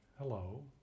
hello